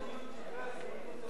מורה מאבחן בתפקודי למידה במערכת החינוך,